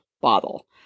bottle